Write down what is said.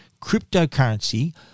cryptocurrency